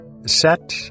Set